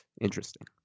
interesting